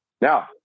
Now